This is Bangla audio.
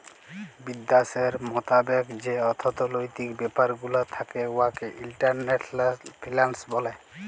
বিদ্যাশের মতাবেক যে অথ্থলৈতিক ব্যাপার গুলা থ্যাকে উয়াকে ইল্টারল্যাশলাল ফিল্যাল্স ব্যলে